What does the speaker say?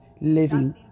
living